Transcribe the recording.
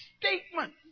statement